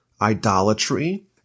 idolatry